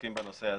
שעוסקים בנושא הזה.